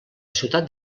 ciutat